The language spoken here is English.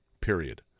period